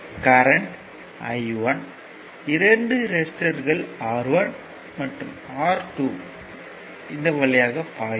current I1 இரண்டு ரெசிஸ்டர்கள் R1 மற்றும் R2 இந்த வழியாக பாயும்